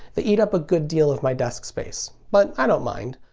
they eat up a good deal of my desk space. but i don't mind.